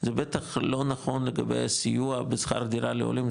זה בטח לא נכון לגבי הסיוע בשכר דירה לעולים,